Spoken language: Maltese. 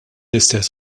istess